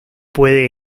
puede